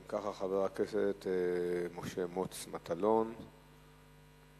אם כך, חבר הכנסת כנסת משה מוץ מטלון, בבקשה.